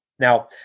Now